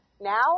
Now